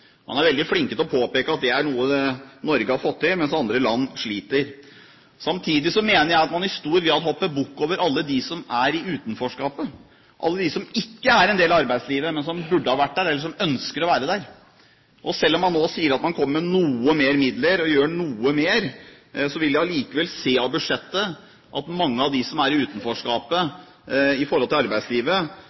Man er veldig flink til å påpeke at det er noe Norge har fått til, mens andre land sliter. Samtidig mener jeg at man i stor grad hopper bukk over alle dem som er i utenforskapet, alle dem som ikke er en del av arbeidslivet, men som burde ha vært der, eller som ønsker å være der. Selv om man nå sier at man kommer med noe mer midler og gjør noe mer, vil vi allikevel se av budsjettet at tallet på dem som er i utenforskapet når det gjelder arbeidslivet,